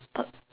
but